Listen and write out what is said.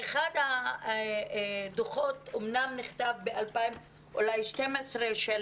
באחד הדוחות, אמנם נכתב אולי ב-2012, של